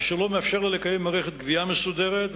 אשר לא מאפשר לה לקיים מערכת גבייה מסודרת,